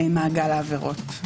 מעגל העבירות.